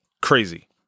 crazy